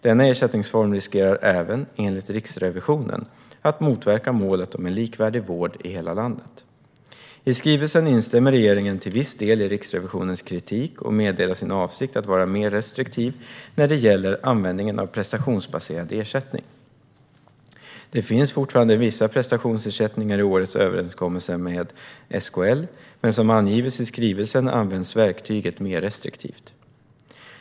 Denna ersättningsform riskerar även, enligt Riksrevisionen, att motverka målet om en likvärdig vård i hela landet. I skrivelsen instämmer regeringen till viss del i Riksrevisionens kritik och meddelar sin avsikt att vara mer restriktiv när det gäller användningen av prestationsbaserad ersättning. Det finns fortfarande vissa prestationsersättningar i årets överenskommelser med SKL, men som angivits i skrivelsen används verktyget mer restriktivt.